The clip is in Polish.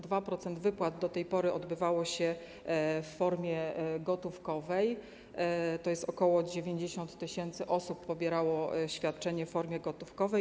2% wypłat do tej pory odbywało się w formie gotówkowej, czyli ok. 90 tys. osób pobierało świadczenie w formie gotówkowej.